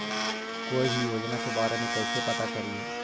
कोई भी योजना के बारे में कैसे पता करिए?